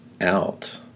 out